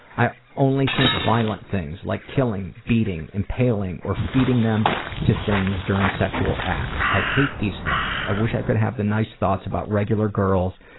i only think violent things. like killing, beating, impaling, or feeding them to things during sexual acts. i hate these thoughts. i wish i could have the nice thoughts about regular girls.